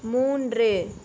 மூன்று